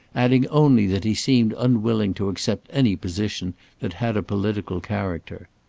adding only that he seemed unwilling to accept any position that had a political character.